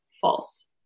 false